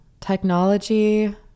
Technology